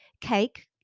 cake